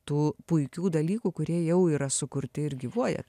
tų puikių dalykų kurie jau yra sukurti ir gyvuojat